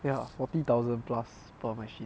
ya forty thousand plus per machine